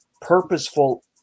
purposeful